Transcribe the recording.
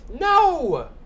No